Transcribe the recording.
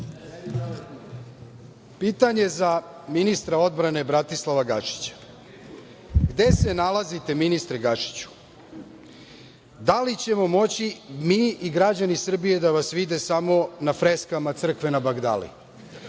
za ministra odbrane Bratislava Gašića – gde se nalazite ministre Gašiću? Da li ćemo moći mi i građani Srbije da vas vide samo na freskama crkve na Bagdali?